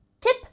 Tip